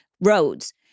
roads